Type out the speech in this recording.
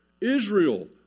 Israel